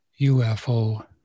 UFO